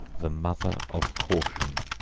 the mother of caution.